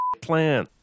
plan